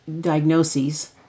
diagnoses